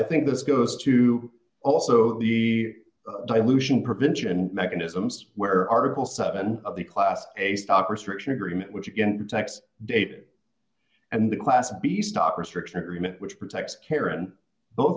think this goes to also the dilution prevention mechanisms where article seven of the class a stock restriction agreement which again protects date and class b stock restriction agreement which protects karen both